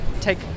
Take